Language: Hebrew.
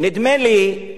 ואני יודע וידוע,